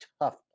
tough